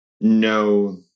no